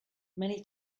many